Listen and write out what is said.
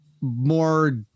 more